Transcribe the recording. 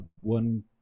one